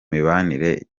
mibanire